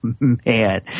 man